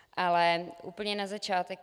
Ale úplně na začátek.